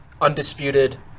undisputed